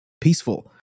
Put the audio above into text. peaceful